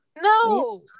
No